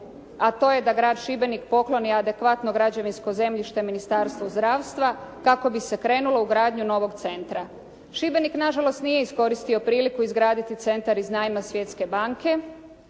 a to je da grad Šibenik pokloni adekvatno građevinsko zemljište Ministarstvu zdravstva kako bi se krenulo u gradnju novog centra. Šibenik nažalost nije iskoristio priliku izgraditi centar iz najma Svjetske banke